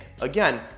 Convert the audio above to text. Again